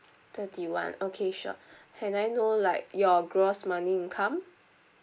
twenty one okay sure can I know like your gross monthly income